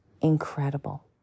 incredible